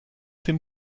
dem